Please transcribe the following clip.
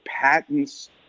patents